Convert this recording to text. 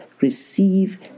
receive